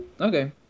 Okay